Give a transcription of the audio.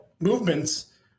movements